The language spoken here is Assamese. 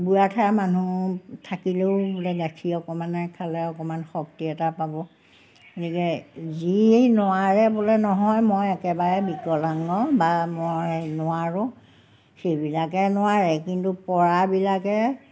বুঢ়া থেৰা মানুহ থাকিলেও বোলে গাখীৰ অকণমানে খালে অকণমান শক্তি এটা পাব এনেকৈ যিয়ে নোৱাৰে বোলে নহয় মই একেবাৰে বিকলাংগ বা মই নোৱাৰোঁ সেইবিলাকে নোৱাৰে কিন্তু পৰাবিলাকে